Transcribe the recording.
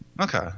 Okay